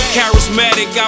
Charismatic